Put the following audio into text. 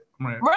right